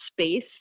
space